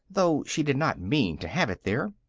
though she did not mean to have it there.